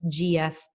GF